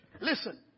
Listen